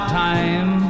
time